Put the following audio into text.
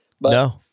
No